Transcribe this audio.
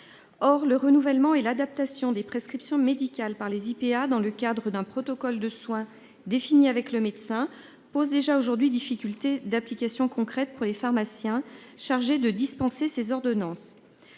Or le renouvellement et l'adaptation des prescriptions médicales par les IPA dans le cadre d'un protocole de soins défini avec le médecin pose déjà aujourd'hui, difficultés d'application concrète pour les pharmaciens chargée de dispenser ses ordonnances.